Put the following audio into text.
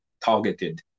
targeted